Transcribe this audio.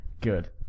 good